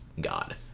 God